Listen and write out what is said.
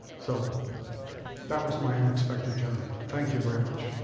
so that was my unexpected journey. thank you very much.